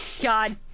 God